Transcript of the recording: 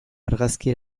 argazki